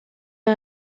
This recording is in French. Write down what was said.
les